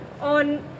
on